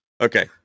Okay